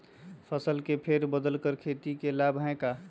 फसल के फेर बदल कर खेती के लाभ है का?